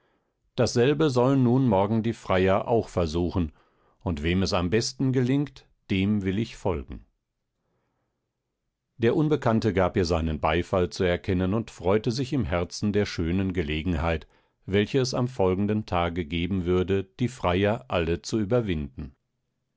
dasselbe sollen nun morgen die freier auch versuchen und wem es am besten gelingt dem will ich folgen der unbekannte gab ihr seinen beifall zu erkennen und freute sich im herzen der schönen gelegenheit welche es am folgenden tage geben würde die freier alle zu überwinden